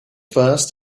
first